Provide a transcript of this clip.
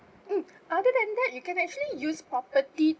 mm other than that you can actually use property